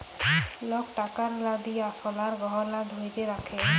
lock টাকার লা দিঁয়ে সলার গহলা ধ্যইরে রাখে